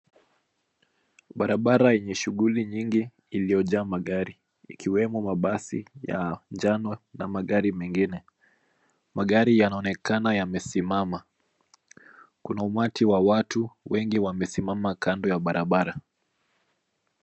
Barabara yenye shughuli nyingi iliyojaa magari ikiwemo mabasi ya njano na magari mengine. Magari yanaonekana yamesimama. Kuna umati wa watu wengi wamesimama kando ya barabara.